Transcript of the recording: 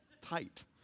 tight